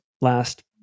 last